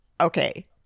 Okay